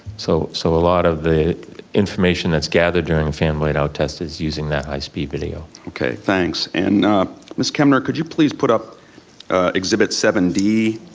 so so a lot of the information that's gathered during a fan blade out test is using that high speed video. okay, thanks. and miss kemner, could you please bring up exhibit seven d?